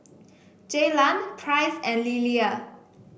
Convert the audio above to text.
Jaylan Price and Lelia